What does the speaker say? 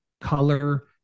color